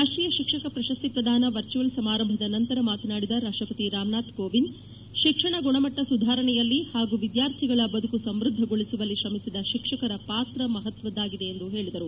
ರಾಷ್ಟೀಯ ಶಿಕ್ಷಕ ಪ್ರಶಸ್ತಿ ಪ್ರದಾನ ವರ್ಚುವಲ್ ಸಮಾರಂಭದ ನಂತರ ಮಾತನಾಡಿದ ರಾಷ್ಟಪತಿ ರಾಮನಾಥ್ ಕೋವಿಂದ್ ಶಿಕ್ಷಣ ಗುಣಮಟ್ಟ ಸುಧಾರಣೆಯಲ್ಲಿ ಹಾಗೂ ವಿದ್ಯಾರ್ಥಿಗಳ ಬದುಕು ಸಮ್ಬದ್ದಗೊಳಿಸುವಲ್ಲಿ ಶ್ರಮಿಸಿದ ಶಿಕ್ಷಕರ ಪಾತ್ರ ಮಹತ್ವದ್ದಾಗಿದೆ ಎಂದು ಹೇಳಿದರು